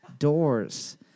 Doors